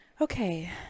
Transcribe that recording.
okay